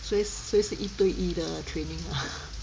所以所以是一对一的 training ah